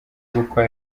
gukwa